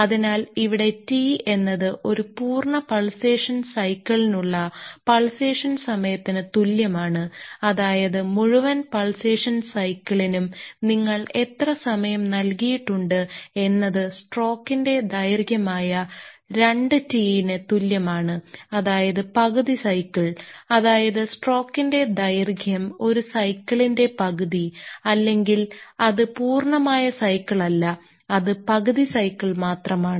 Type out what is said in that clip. അതിനാൽ ഇവിടെ T എന്നത് ഒരു പൂർണ്ണ പൾസേഷൻ സൈക്കിളിനുള്ള പൾസേഷൻ സമയത്തിന് തുല്യമാണ് അതായത് മുഴുവൻ പൾസേഷൻ സൈക്കിളിനും നിങ്ങൾ എത്ര സമയം നൽകിയിട്ടുണ്ട് എന്നത് സ്ട്രോക്കിന്റെ ദൈർഘ്യമായ 2t ന് തുല്യമാണ് അതായത് പകുതി സൈക്കിൾ അതായത് സ്ട്രോക്കിന്റെ ദൈർഘ്യം ഒരു സൈക്കിളിന്റെ പകുതി ആണെങ്കിൽ അത് പൂർണ്ണമായ സൈക്കിൾ അല്ല അത് പകുതി സൈക്കിൾ മാത്രമാണ്